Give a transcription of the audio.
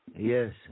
Yes